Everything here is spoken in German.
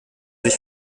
sich